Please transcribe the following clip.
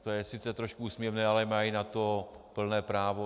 To je sice trošku úsměvné, ale mají na to plné právo.